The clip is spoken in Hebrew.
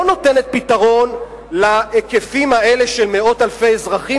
נותנת פתרון להיקפים האלה של מאות אלפי אזרחים,